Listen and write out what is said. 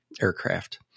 aircraft